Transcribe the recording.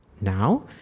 Now